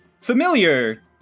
familiar